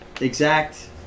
exact